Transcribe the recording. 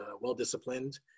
well-disciplined